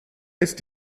ist